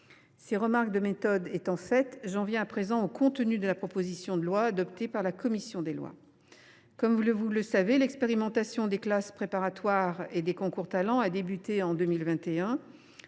Ces remarques de méthode étant faites, j’en viens au contenu de la proposition de loi adoptée par la commission des lois. Comme vous le savez, l’expérimentation des classes préparatoires et des concours Talents a débuté en 2021,